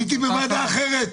הייתי בוועדה אחרת,